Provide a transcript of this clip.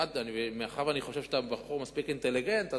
מאחר שאני חושב שאתה בחור מספיק אינטליגנטי,